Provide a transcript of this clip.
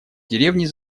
деревни